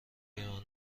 بیمار